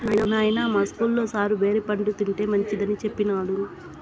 నాయనా, మా ఇస్కూల్లో సారు బేరి పండ్లు తింటే మంచిదని సెప్పినాడు